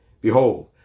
behold